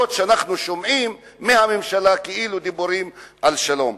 אף-על-פי שאנחנו שומעים מהממשלה כאילו דיבורים על שלום.